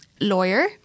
lawyer